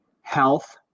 health